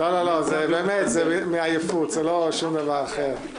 לא, באמת, זה מעייפות, זה לא שום דבר אחר.